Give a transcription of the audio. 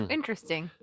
Interesting